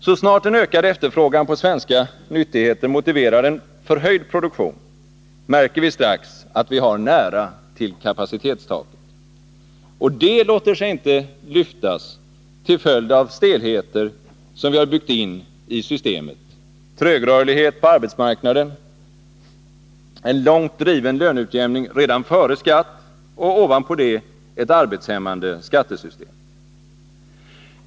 Så snart en ökad efterfrågan på svenska nyttigheter motiverar en förhöjd produktion, märker vi strax att vi har nära till kapacitetstaket. Och det låter siginte lyftas till följd av stelheter som vi har byggt in i systemet: trögrörlighet på arbetsmarknaden, en långt driven löneutjämning redan före skatt och ovanpå det ett arbetshämmande skattesystem.